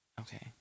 okay